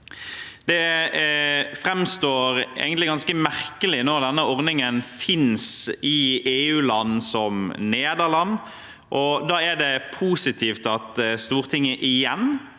Det framstår egentlig ganske merkelig når denne ordningen finnes i EU-land som Nederland. Da er det positivt at Stortinget igjen